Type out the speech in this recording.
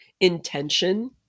intention